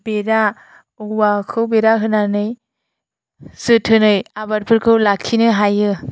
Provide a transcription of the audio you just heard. बेरा औवाखौ बेरा होनानै जोथोनै आबादफोरखौ लाखिनो हायो